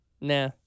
Nah